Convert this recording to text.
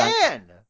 man